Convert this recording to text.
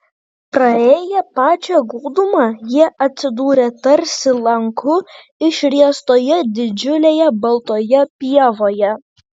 praėję pačią gūdumą jie atsidūrė tarsi lanku išriestoje didžiulėje baltoje pievoje